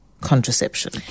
contraception